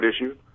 issue